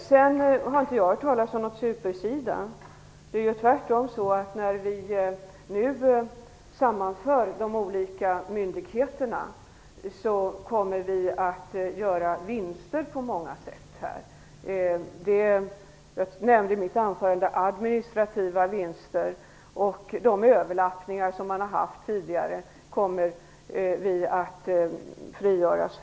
Jag har inte hört talas om något super-SIDA. Tvärtom. När de olika myndigheterna sammanförs kommer vi att göra vinster på många sätt. Jag nämnde i mitt anförande administrativa vinster. Vi kommer att frigöras från de överlappningar som har skett tidigare.